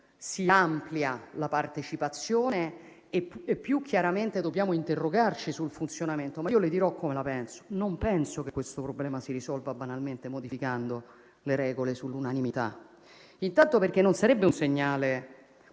si amplia la partecipazione e più chiaramente dobbiamo interrogarci sul funzionamento dell'Unione. Io le dirò la mia opinione: non penso che questo problema si risolva banalmente modificando le regole sull'unanimità, intanto perché non sarebbe un segnale